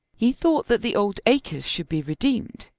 he thought that the old acres should be redeemed,